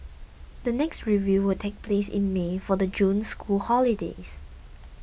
the next review will take place in May for the June school holidays